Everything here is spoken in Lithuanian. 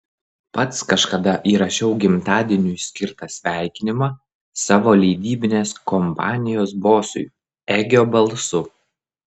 pats kažkada įrašiau gimtadieniui skirtą sveikinimą savo leidybinės kompanijos bosui egio balsu